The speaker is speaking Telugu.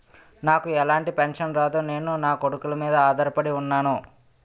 నాకు ఎలాంటి పెన్షన్ రాదు నేను నాకొడుకుల మీద ఆధార్ పడి ఉన్నాను